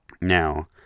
Now